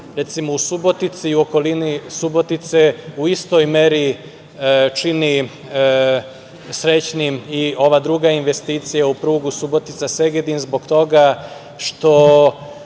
recimo u Subotici i okolini Subotice u istoj meri čini srećnim i ova druga investicija u prugu Subotica – Segedin zbog toga što